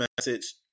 message